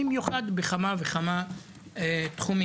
במיוחד בכמה וכמה תחומים,